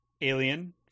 alien